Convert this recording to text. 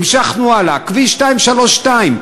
המשכנו הלאה: כביש 232,